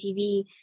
TV